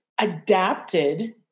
adapted